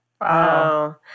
Wow